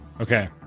Okay